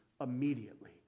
immediately